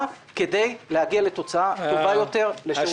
כדי להגיע לתוצאה טובה יותר לשירות הציבור.